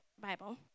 Bible